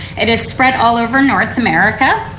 it is spread all over north america.